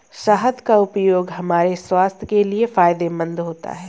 शहद का उपयोग हमारे स्वास्थ्य के लिए फायदेमंद होता है